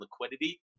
liquidity